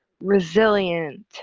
Resilient